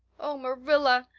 oh, marilla,